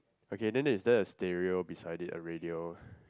okay then is that a stereo beside it a radio